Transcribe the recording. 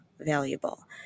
valuable